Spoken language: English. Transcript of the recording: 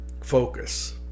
focus